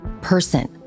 person